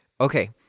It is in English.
Okay